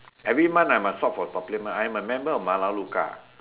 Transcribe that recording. every month I must shop for supplement I'm a member of malaluka